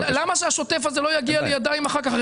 למה שהשוטף הזה לא יגיע אחר כך לידיים לא נכונות?